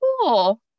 cool